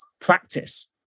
practice